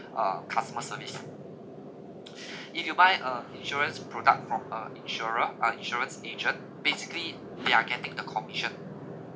uh customer service if you buy a insurance product from a insurer uh insurance agent basically they are getting the commission